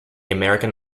american